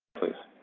please.